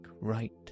right